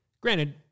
Granted